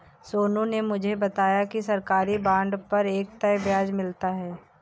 सोनू ने मुझे बताया कि सरकारी बॉन्ड पर एक तय ब्याज मिलता है